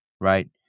right